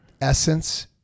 essence